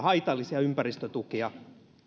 haitallisia ympäristötukia